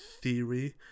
theory